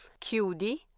Chiudi